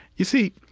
you see,